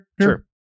Sure